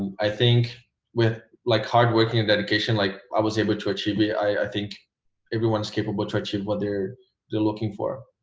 i think with like hard working and dedication like i was able to achieve me i think everyone's capable to achieve what they're they're looking for